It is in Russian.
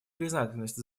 признательность